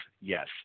yes